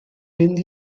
mynd